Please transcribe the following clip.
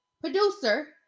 producer